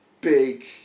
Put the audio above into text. big